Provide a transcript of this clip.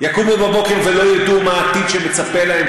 יקומו בבוקר ולא ידעו מה העתיד שמצפה להם,